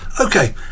Okay